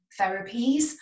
therapies